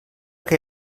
que